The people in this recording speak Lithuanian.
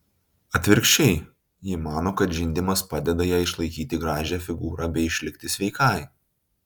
atvirkščiai ji mano kad žindymas padeda jai išlaikyti gražią figūrą bei išlikti sveikai